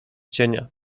cienia